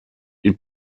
ihr